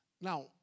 Now